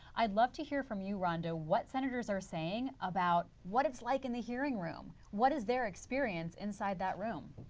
i would love to hear from you, rhonda, what senators are saying about what it is like in the hearing room. what is their experience inside that room?